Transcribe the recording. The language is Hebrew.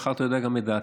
מאחר שאתה יודע את דעתי,